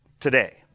today